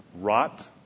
Rot